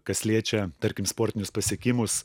kas liečia tarkim sportinius pasiekimus